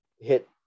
hit